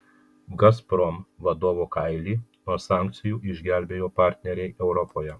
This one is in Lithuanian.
gazprom vadovo kailį nuo sankcijų išgelbėjo partneriai europoje